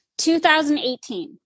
2018